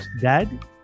Dad